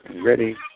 ready